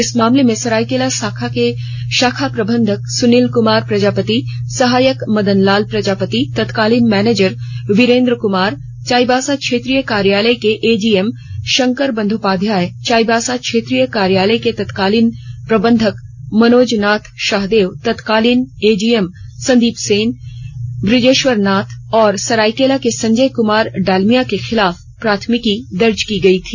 इस मामले में सरायकेला शाखा के शाखा प्रबंधक सुनील कुमार प्रजापति सहायक मदन लाल प्रजापति तत्कालीन मैनेजर वीरेंद्र कुमार चाईबासा क्षेत्रीय कार्यालय के एजीएम शंकर बंदोपध्याय चाईबासा क्षेत्रीय कार्यालय के तत्कालीन प्रबंधक मनोजनाथ शाहदेव तत्कालीन एजीएम संदीप सेन ब्रजेश्वर नाथ और सरायकेला के संजय कुमार डालमिया के खिलाफ प्राथमिकी दर्ज की गई थी